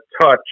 touch